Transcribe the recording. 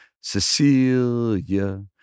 Cecilia